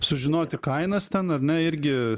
sužinoti kainas ten ar ne irgi